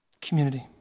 community